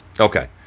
Okay